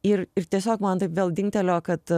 ir ir tiesiog man taip vėl dingtelėjo kad